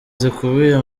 zikubiye